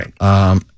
Right